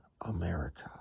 America